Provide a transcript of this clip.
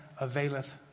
availeth